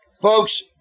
Folks